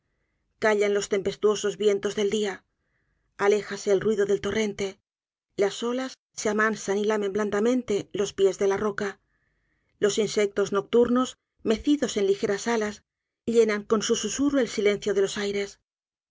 callan los tempestuosos vientos del día aléjase el ruido del torrente las olas se amansan y lamen blandamente los píes de la roca los insectos nocturnos mecidos en ligeras alas llenan con su susurro el silencio de los aires